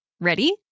Ready